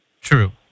True